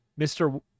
Mr